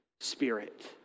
Spirit